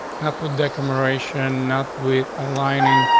not with decoration, not with aligning,